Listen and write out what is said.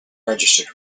registered